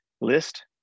list